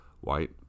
white